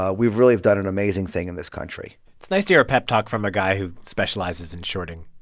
ah we've really done an amazing thing in this country it's nice to hear a pep talk from a guy who specializes in shorting